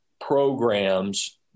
programs